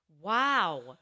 Wow